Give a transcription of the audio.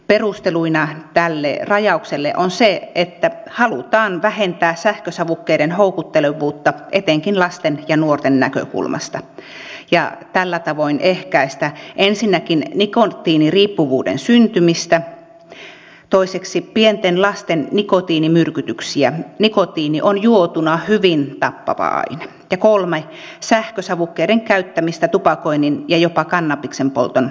perusteluna tälle rajaukselle on se että halutaan vähentää sähkösavukkeiden houkuttelevuutta etenkin lasten ja nuorten näkökulmasta ja tällä tavoin ehkäistä ensinnäkin nikotiiniriippuvuuden syntymistä toiseksi pienten lasten nikotiinimyrkytyksiä nikotiini on juotuna hyvin tappava aine ja kolmanneksi sähkösavukkeiden käyttämistä tupakoinnin ja jopa kannabiksen polton harjoittelutuotteena